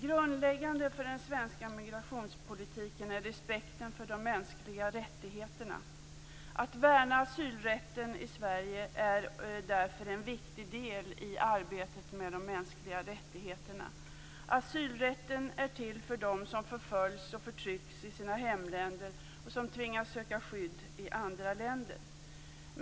Grundläggande för den svenska migrationspolitiken är respekten för de mänskliga rättigheterna. Att värna asylrätten i Sverige är därför en viktig del i arbetet med de mänskliga rättigheterna. Asylrätten är till för dem som förföljs och förtrycks i sina hemländer och som tvingas söka skydd i andra länder.